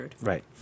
Right